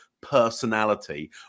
personality